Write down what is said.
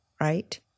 right